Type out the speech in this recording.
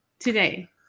today